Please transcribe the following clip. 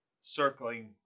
circling